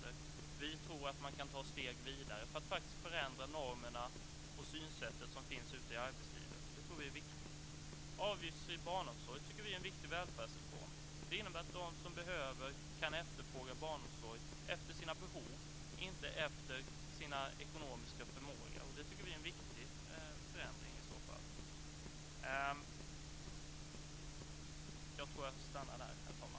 Men vi tror att man kan ta steg vidare för att förändra de normer och det synsätt som finns ute i arbetslivet. Det tror vi är viktigt. Vi tycker att avgiftsfri barnomsorg är en viktig välfärdsreform. Det innebär att de som behöver kan efterfråga barnomsorg efter sina behov, och inte efter sin ekonomiska förmåga. Det tycker vi är en viktig förändring.